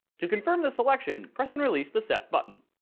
to confirm this selection, press and release the set button.